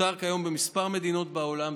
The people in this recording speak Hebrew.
מותר כיום בכמה מדינות בעולם,